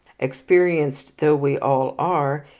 experienced though we all are,